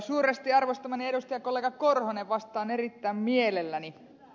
suuresti arvostamani edustajakollega korhonen vastaan erittäin mielelläni